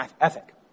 ethic